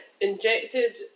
injected